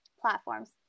platforms